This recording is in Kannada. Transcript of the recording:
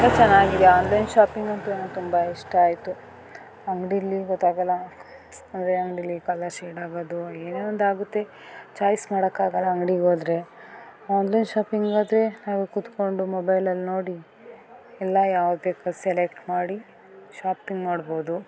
ತುಂಬ ಚೆನ್ನಾಗಿದೆ ಆನ್ಲೈನ್ ಶಾಪಿಂಗ್ ಅಂತೂ ನಂಗೆ ತುಂಬ ಇಷ್ಟ ಆಯಿತು ಅಂಗಡೀಲಿ ಗೊತ್ತಾಗೋಲ್ಲ ಅದೇ ಅಂಗಡೀಲಿ ಕಲರ್ ಶೇಡ್ ಆಗೋದು ಏನೋ ಒಂದು ಆಗುತ್ತೆ ಚಾಯ್ಸ್ ಮಾಡೊಕ್ಕಾಗೋಲ್ಲ ಅಂಗ್ಡಿಗ್ಹೋದ್ರೆ ಆನ್ಲೈನ್ ಶಾಪಿಂಗಾದರೆ ನಾವೇ ಕುತ್ಕೊಂಡು ಮೊಬೈಲಲ್ಲಿ ನೋಡಿ ಎಲ್ಲ ಯಾವ್ದು ಬೇಕು ಅದು ಸೆಲೆಕ್ಟ್ ಮಾಡಿ ಶಾಪಿಂಗ್ ಮಾಡ್ಬೋದು